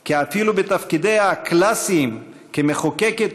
כי אפילו בתפקידיה הקלאסיים כמחוקקת